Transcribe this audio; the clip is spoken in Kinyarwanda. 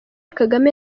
kagame